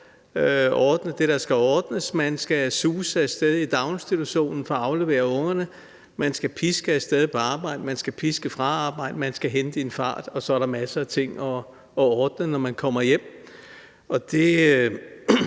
ordne det, der skal ordnes. Man skal suse af sted til daginstitutionen for at aflevere ungerne. Man skal piske af sted på arbejde. Man skal piske fra arbejde. Man skal hente i en fart, og så er der masser af ting at ordne, når man kommer hjem. Det